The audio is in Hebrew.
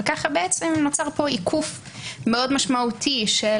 וככה בעצם נוצר פה עיקוף מאוד משמעותי של